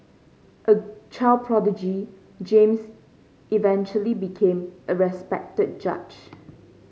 a child prodigy James eventually became a respected judge